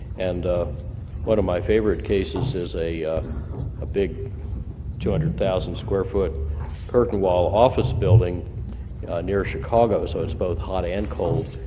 and one of my favorite cases is a big two hundred thousand square foot curtain wall office building near chicago, so it's both hot and cold,